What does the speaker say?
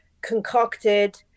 concocted